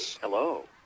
Hello